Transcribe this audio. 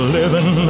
living